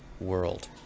world